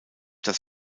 dass